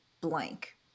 blank